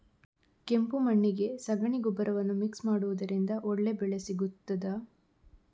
ಕೆಂಪು ಮಣ್ಣಿಗೆ ಸಗಣಿ ಗೊಬ್ಬರವನ್ನು ಮಿಕ್ಸ್ ಮಾಡುವುದರಿಂದ ಒಳ್ಳೆ ಬೆಳೆ ಸಿಗುತ್ತದಾ?